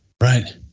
Right